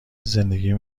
زندگیم